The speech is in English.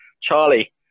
Charlie